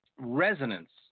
Resonance